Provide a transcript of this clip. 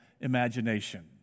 imagination